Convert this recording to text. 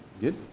good